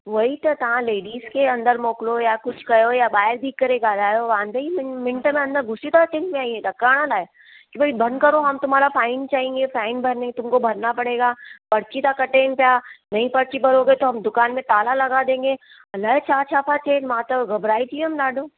उहो ई त तव्हां लेडिज खे अंदरि मोकिलियो या कुझु कयो या ॿाहिरि बीही करे ॻाल्हायो वांदई मिंट में अंदरि घुसी था अचनि पिया ईअं ॾकाइण लाइ की भई बंदि करो हम तुम्हारा फाइन चाहेंगे फाइन भरने तुमको भरना पड़ेगा पर्ची था कटनि पिया नही पर्ची भरोगे तो हम दुकान में ताला लगा देंगे अलाए छा छा पिया चवनि मां त घबराइजी वियमि ॾाढो